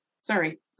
Sorry